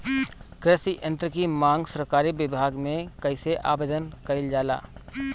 कृषि यत्र की मांग सरकरी विभाग में कइसे आवेदन कइल जाला?